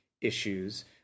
issues